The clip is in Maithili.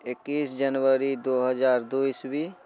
एकैस जनवरी दू हजार दू ईस्वी